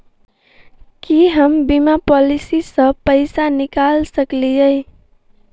की हम बीमा पॉलिसी सऽ पैसा निकाल सकलिये?